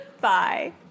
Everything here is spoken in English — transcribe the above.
Bye